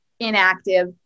inactive